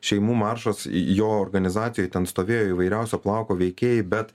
šeimų maršas jo organizacijoj ten stovėjo įvairiausio plauko veikėjai bet